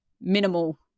minimal